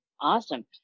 Awesome